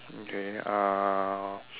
okay uh